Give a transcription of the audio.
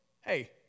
hey